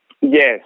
Yes